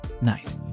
night